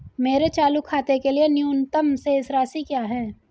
मेरे चालू खाते के लिए न्यूनतम शेष राशि क्या है?